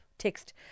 Text